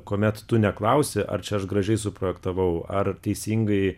kuomet tu neklausi ar čia aš gražiai suprojektavau ar teisingai